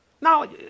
Now